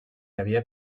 havia